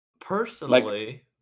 Personally